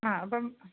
ആ അപ്പം